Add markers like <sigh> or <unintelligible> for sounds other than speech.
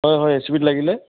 হয় হয় <unintelligible> লাগিলে